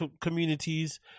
communities